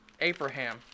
Abraham